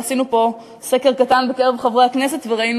ועשינו פה סקר קטן בקרב חברי הכנסת וראינו